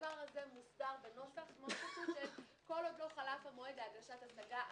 הדבר הזה מוסדר בנוסח שקובע כי "...כל עוד לא חלף המועד להגשת השגה,